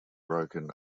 broken